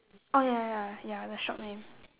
oh ya ya ya the shop name